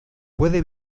puede